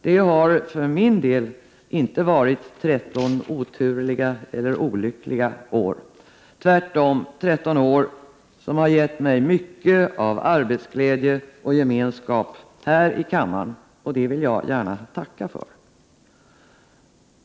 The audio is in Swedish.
Det har för min del inte varit 13 oturliga eller olyckliga år, utan tvärtom 13 år som har gett mig mycket av arbetsglädje och gemenskap här i kammaren. Det vill jag gärna tacka för.